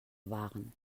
waren